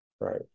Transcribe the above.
Right